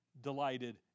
delighted